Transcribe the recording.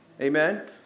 Amen